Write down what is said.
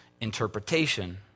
interpretation